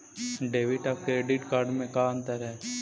Debit और credit card में का अंतर है?